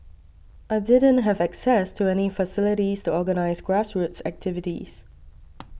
I didn't have access to any facilities to organise grassroots activities